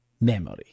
memory